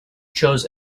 chose